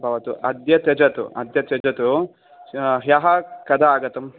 भवतु अद्य त्यजतु अद्य त्यजतु ह्यः कदा आगतं